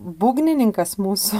būgnininkas mūsų